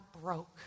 broke